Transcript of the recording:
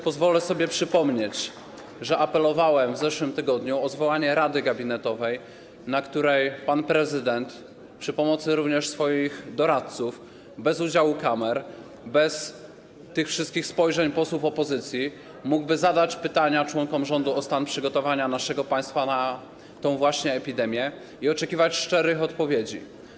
Pozwolę sobie przypomnieć, że apelowałem w zeszłym tygodniu o zwołanie Rady Gabinetowej, na posiedzeniu której pan prezydent z pomocą również swoich doradców, bez udziału kamer, bez tych wszystkich spojrzeń posłów opozycji, mógłby zadać pytania członkom rządu o stan przygotowania naszego państwa na tę właśnie epidemię i oczekiwać szczerych odpowiedzi.